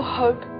hope